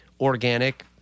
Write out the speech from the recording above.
organic